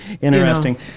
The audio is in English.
Interesting